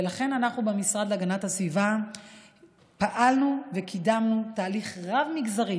ולכן אנחנו במשרד להגנת הסביבה פעלנו וקידמנו תהליך רב-מגזרי